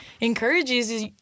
encourages